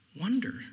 wonder